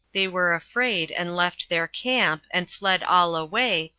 they were afraid, and left their camp, and fled all away,